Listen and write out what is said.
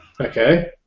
Okay